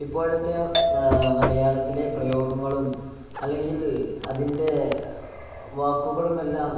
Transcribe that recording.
ഇപ്പോഴത്തെ മലയാളത്തിലെ പ്രയോഗങ്ങളും അല്ലെങ്കിൽ അതിൻ്റെ വാക്കുകളുമെല്ലാം